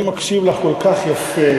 אני מקשיב לך כל כך יפה,